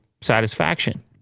satisfaction